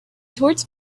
towards